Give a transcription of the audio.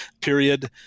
period